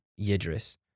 Yidris